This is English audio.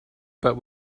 but